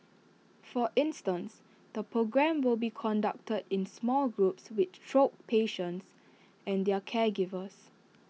for instance the programme will be conducted in small groups with the stroke patients and their caregivers